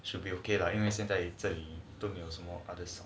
should be okay lah 因为现在这里都没有什么 others